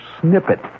snippet